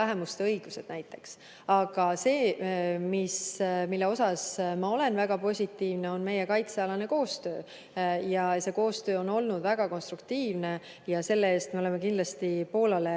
vähemuste õiguste üle näiteks. Aga see, mis osas ma olen väga positiivne, on meie kaitsealane koostöö. See koostöö on olnud väga konstruktiivne ja selle eest me oleme kindlasti Poolale